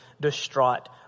distraught